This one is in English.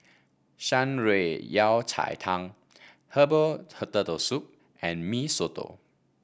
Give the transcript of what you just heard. Shan Rui Yao Cai Tang Herbal Turtle Soup and Mee Soto